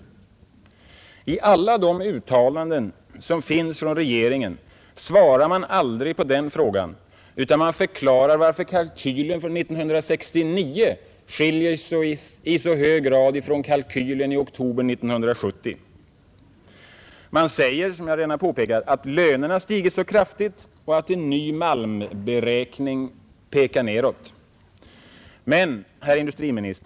I alla de uttalanden som finns från regeringen svarar man aldrig på den frågan, utan man förklarar bara varför kalkylen 255552 från 1969 i så hög grad skiljer sig från kalkylen i oktober 1970. Man Ang. erfarenheterna säger, som jag redan har påpekat, att lönerna stigit så kraftigt och att en av försöken att vidga ny malmberäkning pekar nedåt.